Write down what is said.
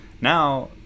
Now